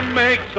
make